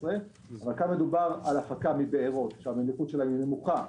כאן מדובר בהפקה מבארות שהמליחות שלה היא נמוכה